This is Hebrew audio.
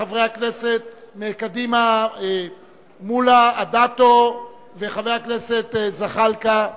של חברי הכנסת מקדימה מולה ואדטו וחבר הכנסת זחאלקה.